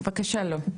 בבקשה, לא.